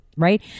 Right